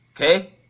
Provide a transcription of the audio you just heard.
okay